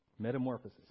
Metamorphosis